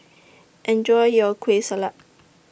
Enjoy your Kueh Salat